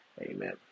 Amen